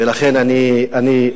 ולכן אני,